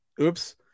Oops